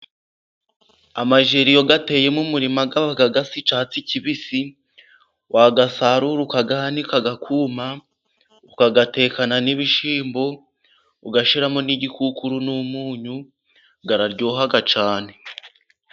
Amajeri iyo ateye mu murima aba asa icyatsi kibisi, wayasarura, ukayanika akuma, ukayatekana n'ibishyimbo, ugashyiramo n'igitunguru n'umunyu araryoha cyane.